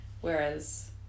whereas